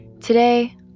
Today